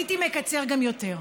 הייתי מקצר גם יותר.